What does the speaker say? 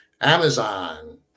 Amazon